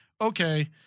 Okay